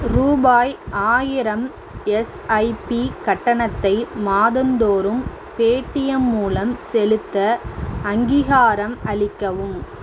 ரூபாய் ஆயிரம் எஸ்ஐபி கட்டணத்தை மாதந்தோறும் பேடீஎம் மூலம் செலுத்த அங்கீகாரம் அளிக்கவும்